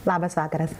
labas vakaras